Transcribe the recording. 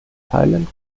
thailand